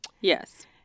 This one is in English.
Yes